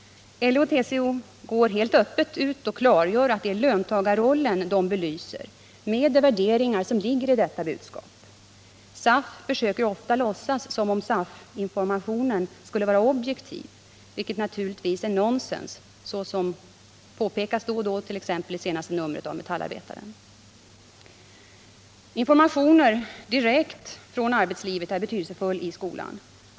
LO och TCO går ut helt öppet och klargör att det är löntagarrollen de belyser med de värderingar som ligger i detta budskap. SAF försöker ofta låtsas som om SAF-informationen skulle vara objektiv, vilket naturligtvis är nonsens, såsom påpekats då och då, t.ex. i senaste numret av Metallarbetaren. Informationer direkt från arbetslivet är betydelsefulla i skolan.